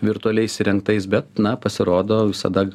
virtualiais įrengtais bet na pasirodo visada